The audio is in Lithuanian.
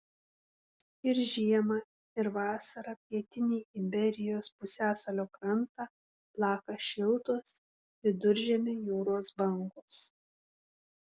ir žiemą ir vasarą pietinį iberijos pusiasalio krantą plaka šiltos viduržemio jūros bangos